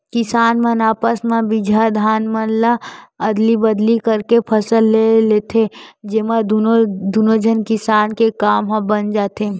किसान मन आपस म बिजहा धान मन ल अदली बदली करके फसल ले लेथे, जेमा दुनो झन किसान के काम ह बन जाथे